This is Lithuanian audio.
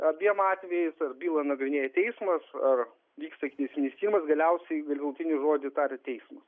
abiem atvejais ar bylą nagrinėja teismas ar vyksta ikiteisminis tyrimas galiausiai galutinį žodį taria teismas